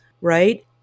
right